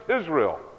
Israel